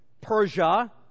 Persia